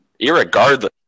Irregardless